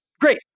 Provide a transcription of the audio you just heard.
Great